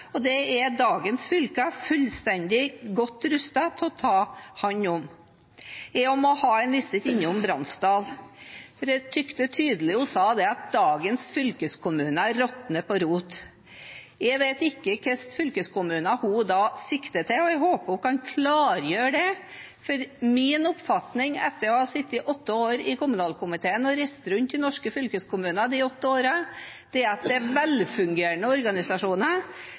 godt rustet for å ta hånd om. Jeg også må avlegge representanten Bransdal en visitt, for jeg syntes hun så tydelig sa at dagens fylkeskommuner råtner på rot. Jeg vet ikke hvilke fylkeskommuner hun da sikter til, og jeg håper hun kan klargjøre det. Min oppfatning, etter å ha sittet åtte år i kommunalkomiteen og ha reist rundt i norske fylkeskommuner de åtte årene, er at dette er velfungerende organisasjoner.